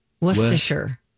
Worcestershire